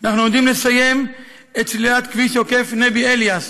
אנחנו עומדים לסיים את סלילת כביש עוקף נבי אליאס